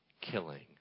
killing